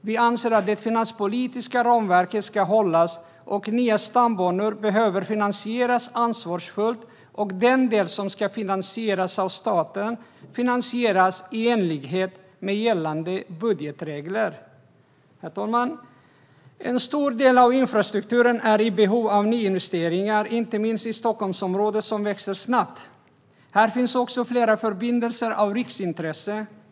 Vi anser att det finanspolitiska ramverket ska hållas och att nya stambanor behöver finansieras ansvarsfullt. Den del som ska finansieras av staten ska finansieras i enlighet med gällande budgetregler. Herr talman! En stor del av infrastrukturen är i behov av nyinvesteringar, inte minst i Stockholmsområdet, som växer snabbt. Här finns också flera förbindelser av riksintresse.